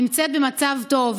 נמצאת במצב טוב.